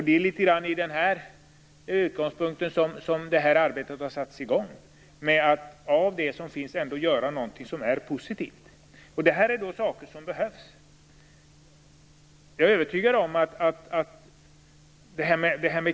Det är litet grand från den utgångspunkten som arbetet har satts i gång, för att av det som finns ändå göra något positivt. Det här är saker som behövs.